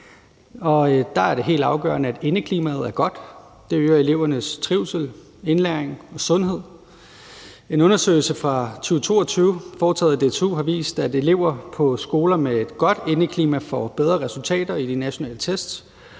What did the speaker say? Der er det helt afgørende, at indeklimaet er godt, for det øger elevernes trivsel, indlæring og sundhed. En undersøgelse fra 2022 foretaget af DTU har vist, at elever på skoler med et godt indeklima får bedre resultater i de nationale test,